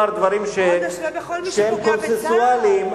לומר דברים שהם קונסנזואליים,